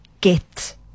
get